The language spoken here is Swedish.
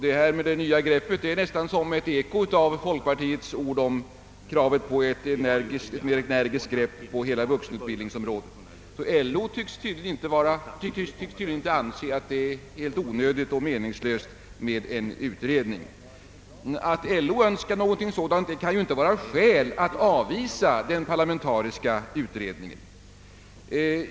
Detta med det nya greppet är nästan som ett eko av folkpartiets ord om kravet på ett energiskt grepp på hela vuxenutbildningsområdet. LO tycks tydligen inte anse att det är helt onödigt och meningslöst med en utredning. Att LO önskar någonting sådant kan ju inte vara något skäl att avvisa kravet på en parlamentarisk utredning.